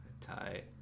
Tight